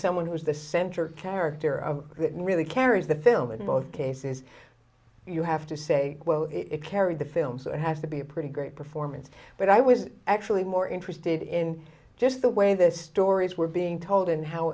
someone who is the center character of really carries the film in both cases you have to say well it carried the film so it has to be a pretty great performance but i was actually more interested in just the way the stories were being told and how